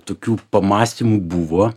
tokių pamąstymų buvo